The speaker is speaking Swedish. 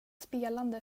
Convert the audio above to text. spelande